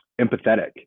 empathetic